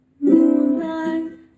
Moonlight